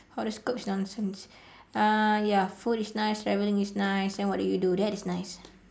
horoscope is nonsense uh ya food is nice traveling is nice then what do you do that is nice